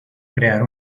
crear